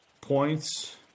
points